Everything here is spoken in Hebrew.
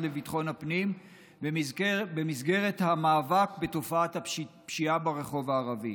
לביטחון הפנים במסגרת המאבק בתופעת הפשיעה ברחוב הערבי: